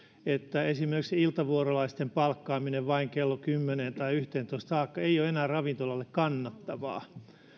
että esimerkiksi iltavuorolaisten palkkaaminen vain kello kahteenkymmeneenkahteen tai kahteenkymmeneenkolmeen saakka ei ole enää ravintoloille kannattavaa